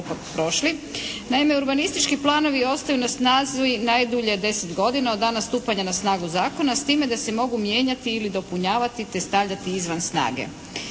Naime, urbanistički planovi ostaju na snazi najdulje 10 godina od dana stupanja na snagu zakona s time da se mogu mijenjati ili dopunjavati, te stavljati izvan snage.